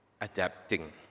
adapting